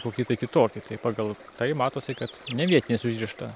kokį tai kitokį tai pagal tai matosi kad nevietinės užrišta